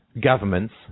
governments